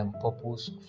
purpose